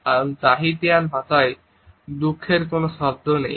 কারণ তাহিতিয়ান ভাষায় দুঃখের কোনো শব্দ নেই